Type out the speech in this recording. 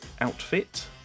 outfit